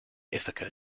ithaca